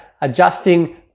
adjusting